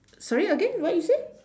sorry again what you say